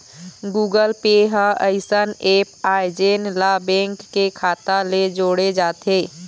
Google Pay ह अइसन app आय जेन ला बेंक के खाता ले जोड़े जाथे